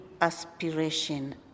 aspiration